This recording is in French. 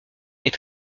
est